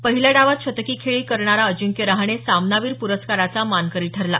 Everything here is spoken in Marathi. पहिल्या डावात शतकी खेळी करणारा अजिंक्य रहाणे सामनावीर पुरस्काराचा मानकरी ठरला